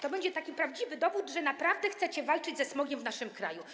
To byłby taki prawdziwy dowód na to, że naprawdę chcecie walczyć ze smogiem w naszym kraju.